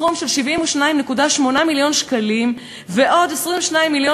סכום של 72.8 מיליון שקלים ועוד 22 מיליון